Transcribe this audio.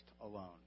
alone